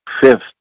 fifth